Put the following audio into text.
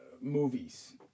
movies